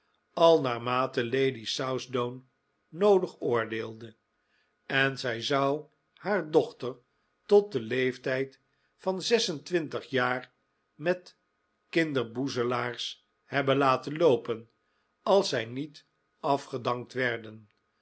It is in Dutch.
al naarmate lady southdown noodig oordeelde en zij zou haar dochter tot den leeftijd van zes-en-twintig jaar met kinderboezelaars hebben laten loopen als zij niet afgedankt werden